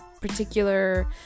particular